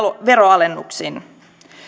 veronalennuksin